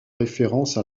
référence